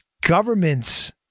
governments